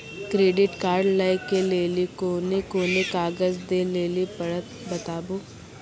Credit card लै के लेली कोने कोने कागज दे लेली पड़त बताबू?